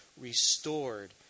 restored